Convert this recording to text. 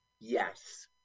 Yes